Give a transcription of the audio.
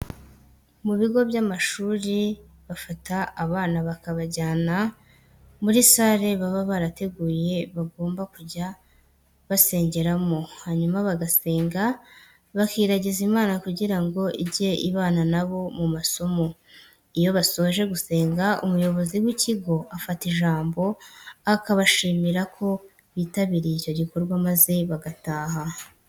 Mu bigo by'amashuri bafata abana bakabajyana muri sare baba barateguye bagomba kujya basengeramo hanyuma bagasenga, bakiragiza Imana kugira ngo ijye ibana na bo mu masomo. Iyo basoje gusenga umuyobozi w'ikigo afata ijambo akabashimira ko bitabiriye icyo gikorwa maze bagataha.